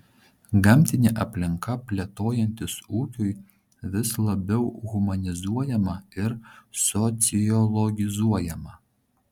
gamtinė aplinka plėtojantis ūkiui vis labiau humanizuojama ir sociologizuojama